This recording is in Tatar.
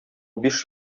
биш